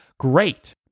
Great